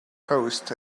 host